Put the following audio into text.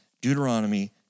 Deuteronomy